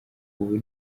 ubu